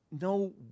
No